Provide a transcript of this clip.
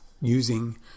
using